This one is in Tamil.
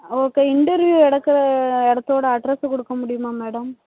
ஓகே இன்டர்வியூ நடக்கிற இடத்தோட அட்ரஸு கொடுக்க முடியுமா மேடம்